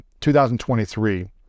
2023